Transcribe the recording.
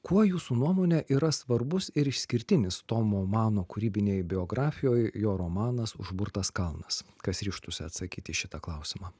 kuo jūsų nuomone yra svarbus ir išskirtinis tomo mano kūrybinėj biografijoj jo romanas užburtas kalnas kas ryžtųsi atsakyti į šitą klausimą